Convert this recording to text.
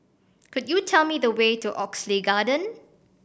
could you tell me the way to Oxley Garden